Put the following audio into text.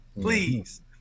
please